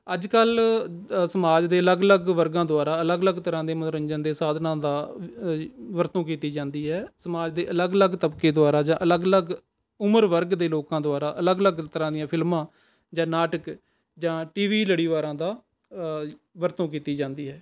ਅੱਜ ਕੱਲ੍ਹ ਸਮਾਜ ਦੇ ਅਲੱਗ ਅਲੱਗ ਵਰਗਾਂ ਦੁਆਰਾ ਅਲੱਗ ਅਲੱਗ ਤਰ੍ਹਾਂ ਦੇ ਮਨੋਰੰਜਨ ਦੇ ਸਾਧਨਾਂ ਦਾ ਵਰਤੋਂ ਕੀਤੀ ਜਾਂਦੀ ਹੈ ਸਮਾਜ ਦੇ ਅਲੱਗ ਅਲੱਗ ਤਬਕੇ ਦੁਆਰਾ ਜਾਂ ਅਲੱਗ ਅਲੱਗ ਉਮਰ ਵਰਗ ਦੇ ਲੋਕਾਂ ਦੁਆਰਾ ਅਲੱਗ ਅਲੱਗ ਤਰ੍ਹਾਂ ਦੀਆਂ ਫਿਲਮਾਂ ਜਾਂ ਨਾਟਕ ਜਾਂ ਟੀ ਵੀ ਲੜੀਵਾਰਾਂ ਦਾ ਵਰਤੋਂ ਕੀਤੀ ਜਾਂਦੀ ਹੈ